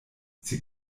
sie